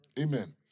Amen